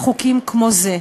בחוקים כמו זה.